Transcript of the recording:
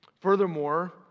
Furthermore